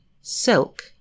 silk